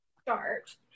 start